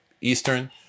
Eastern